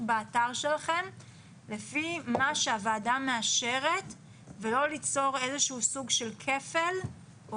באתר שלכם לפי מה שהוועדה מאשרת ולא ליצור איזה שהוא סוג של כפל.